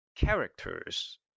Characters